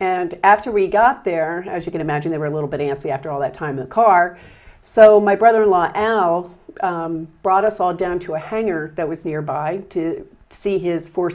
and after we got there as you can imagine they were a little bit antsy after all that time in the car so my brother in law an owl brought us all down to a hangar that was nearby to see his four